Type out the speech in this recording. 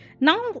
Now